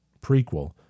prequel